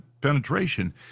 penetration